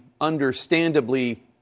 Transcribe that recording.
understandably